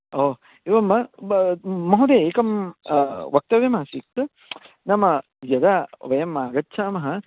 ओ एवं वा ब महोदय एकं वक्तव्यमासीत् नाम यदा वयम् आगच्छामः